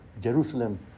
Jerusalem